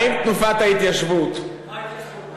האם תנופת ההתיישבות, אם יש לך תשובה.